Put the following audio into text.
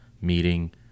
meeting